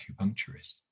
acupuncturist